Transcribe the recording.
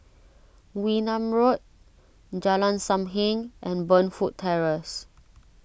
Wee Nam Road Jalan Sam Heng and Burnfoot Terrace